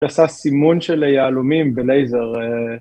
‫שעשה סימון של יהלומים בלייזר.